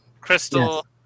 Crystal